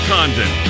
Condon